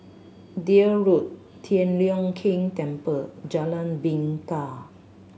Deal Road Tian Leong Keng Temple Jalan Bingka